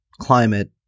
climate